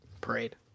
Parade